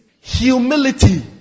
Humility